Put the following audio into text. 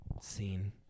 Scene